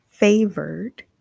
favored